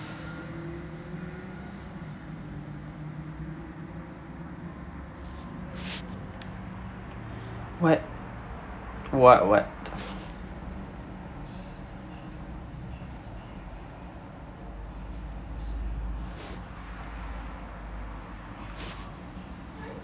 what what what